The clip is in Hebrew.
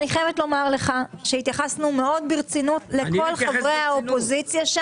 אני חייבת לומר לך שהתייחסנו מאוד ברצינות לכל חברי האופוזיציה.